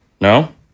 No